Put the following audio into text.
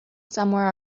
somewhere